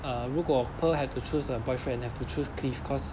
uh 如果 pearl had to choose a boyfriend have to choose clif cause